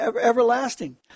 everlasting